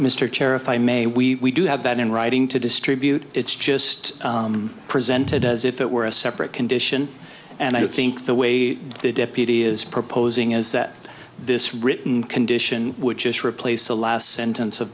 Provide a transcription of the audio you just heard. i may we do have that in writing to distribute it's just presented as if it were a separate condition and i think the way the deputy is proposing is that this written condition would just replace the last sentence of